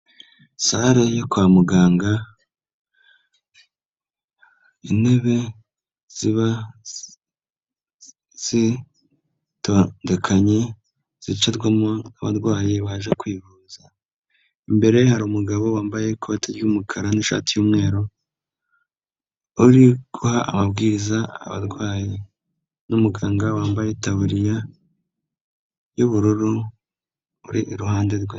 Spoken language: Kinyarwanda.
Sale yo kwa muganga, intebe ziba zitondekanye zicarwamo n'abarwayi baje kwivuza. Imbere hari umugabo wambaye ikoti ry'umukara n'ishati y'umweru, uri guha ababwiriza abarwayi, n'umuganga wambaye itaburiya y'ubururu uri iruhande rwe.